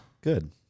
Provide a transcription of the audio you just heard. Good